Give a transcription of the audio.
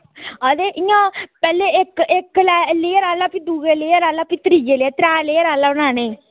ते पैह्लें इंया इक्क लेअर आह्ला इंया दूए लेअर आह्ला भी त्रैऽ लेअर आह्ला बनाना ई